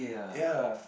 ya